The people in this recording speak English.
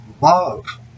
love